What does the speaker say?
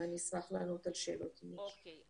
אני אשמח לענות על שאלות, אם יש.